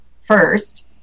first